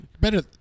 better